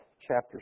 chapter